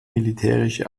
militärische